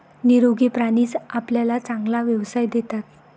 निरोगी प्राणीच आपल्याला चांगला व्यवसाय देतात